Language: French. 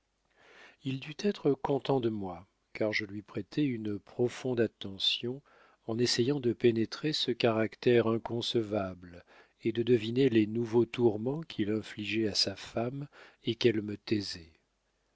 il dut être content de moi car je lui prêtais une profonde attention en essayant de pénétrer ce caractère inconcevable et de deviner les nouveaux tourments qu'il infligeait à sa femme et qu'elle me taisait